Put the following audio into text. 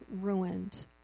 ruined